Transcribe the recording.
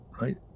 right